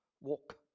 walk